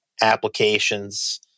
applications